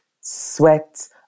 sweat